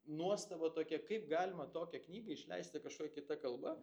nuostaba tokia kaip galima tokią knygą išleisti kažko kita kalba